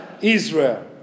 Israel